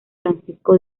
francisco